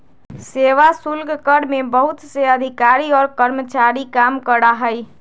सेवा शुल्क कर में बहुत से अधिकारी और कर्मचारी काम करा हई